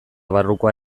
barrukoa